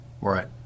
Right